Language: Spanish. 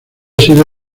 sido